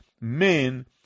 men